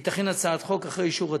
היא תכין הצעת חוק אחרי אישור התקציב,